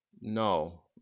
no